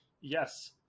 yes